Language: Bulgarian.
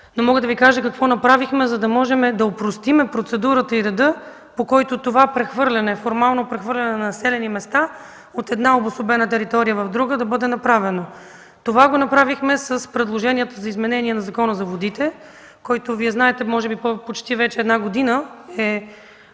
но мога да Ви кажа какво направихме, за да можем да опростим процедурата и реда, по който това формално прехвърляне на населени места от една обособена територия в друга, да бъде направено. Това го направихме с предложението за изменение на Закона за водите, който Вие знаете, може би почти една година, е